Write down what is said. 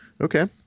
Okay